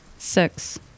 Six